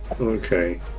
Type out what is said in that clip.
Okay